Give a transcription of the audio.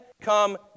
come